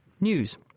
news